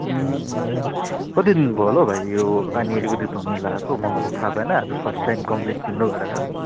कति दिन भयो होला हो भाइ यो पानी अलिकति धमिलो आएको मलाई त थाहा भएन आज फर्स्ट टाइम कम्प्लेन तिम्रोबाट आएको